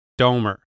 Domer